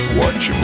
watch